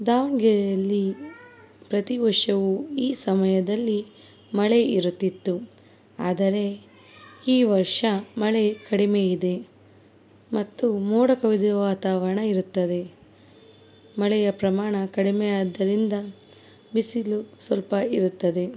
ದಾವಣಗೆರೆಯಲ್ಲಿ ಪ್ರತಿ ವರ್ಷವೂ ಈ ಸಮಯದಲ್ಲಿ ಮಳೆ ಇರುತ್ತಿತ್ತು ಆದರೆ ಈ ವರ್ಷ ಮಳೆ ಕಡಿಮೆಯಿದೆ ಮತ್ತು ಮೋಡ ಕವಿದ ವಾತಾವರಣ ಇರುತ್ತದೆ ಮಳೆಯ ಪ್ರಮಾಣ ಕಡಿಮೆಯಾದ್ದರಿಂದ ಬಿಸಿಲು ಸ್ವಲ್ಪ ಇರುತ್ತದೆ